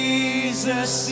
Jesus